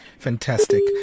Fantastic